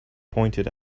pointed